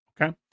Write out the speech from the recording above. Okay